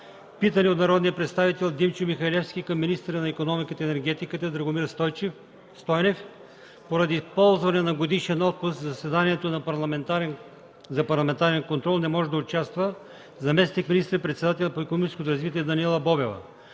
питане от народния представител Димчо Михалевски към министъра на икономиката и енергетиката Драгомир Стойнев. Поради ползване на годишен отпуск в заседанието за парламентарен контрол не може да участва заместник министър-председателят по икономическото развитие Даниела Бобева.